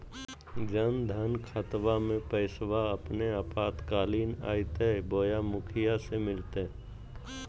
जन धन खाताबा में पैसबा अपने आपातकालीन आयते बोया मुखिया से मिलते?